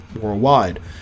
worldwide